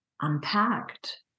unpacked